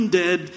dead